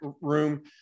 room